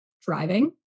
driving